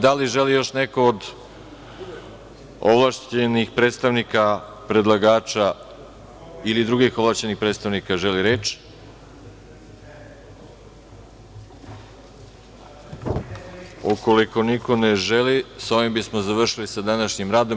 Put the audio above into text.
Da li još neko od ovlašćenih predstavnika predlagača ili drugih ovlašćenih predstavnika želi reč? (Ne) Ukoliko niko ne želi, sa ovim bismo završili sa današnjim radom.